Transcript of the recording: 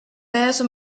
wêze